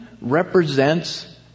represents